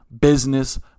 business